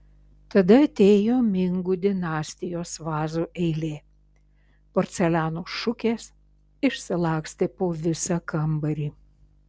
tada atėjo mingų dinastijos vazų eilė porceliano šukės išsilakstė po visą kambarį